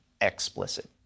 explicit